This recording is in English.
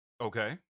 Okay